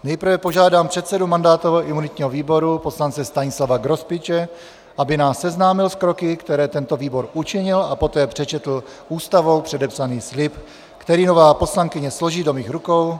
Nejprve požádám předsedu mandátového a imunitního výboru poslance Stanislava Grospiče, aby nás seznámil s kroky, které tento výbor učinil, a poté přečetl Ústavou předepsaný slib, který nová poslankyně složí do mých rukou.